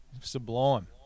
Sublime